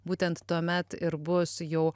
būtent tuomet ir bus jau